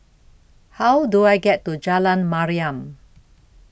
How Do I get to Jalan Mariam